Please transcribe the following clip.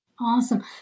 Awesome